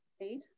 eight